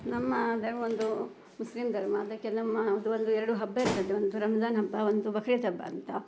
ನಮ್ಮ ಅಂದರೆ ಒಂದು ಮುಸ್ಲಿಂ ಧರ್ಮ ಅದಕ್ಕೆ ನಮ್ಮ ಅದು ಅಂದರೆ ಎರಡು ಹಬ್ಬ ಇರ್ತದೆ ಒಂದು ರಂಜಾನ್ ಹಬ್ಬ ಒಂದು ಬಕ್ರೀದ್ ಹಬ್ಬ ಅಂತ